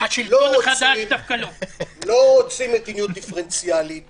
לא רוצים מדיניות דיפרנציאלית